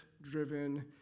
driven